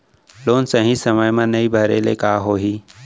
Loan सही समय मा नई भरे ले का होही?